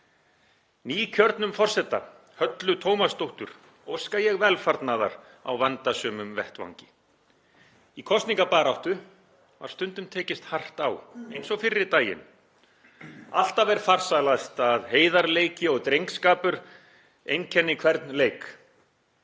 Nýkjörnum forseta, Höllu Tómasdóttur, óska ég velfarnaðar á vandasömum vettvangi. Í kosningabaráttu var stundum tekist hart á eins og fyrri daginn. Alltaf er farsælast að heiðarleiki og drengskapur einkenni hvern leik.